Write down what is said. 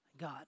God